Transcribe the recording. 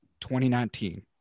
2019